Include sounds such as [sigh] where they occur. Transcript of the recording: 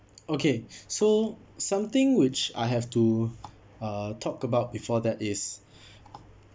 okay so something which I have to uh talk about before that is [breath]